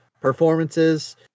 performances